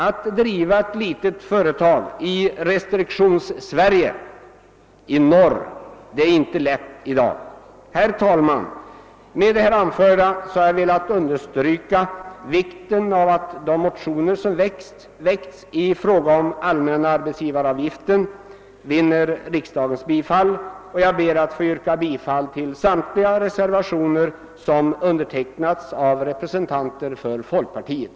Att driva ett litet företag i restriktions-Sverige är inte lätt i dag. Herr talman! Med det anförda har jag velat understryka vikten av att de motioner som väckts i fråga om den allmänna arbetsgivaravgiften vinner riksdagens bifall, och jag ber att få yrka bifall till samtliga reservationer som undertecknats av representanter för folkpartiet.